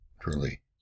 truly